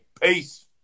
Peace